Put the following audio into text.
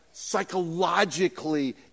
psychologically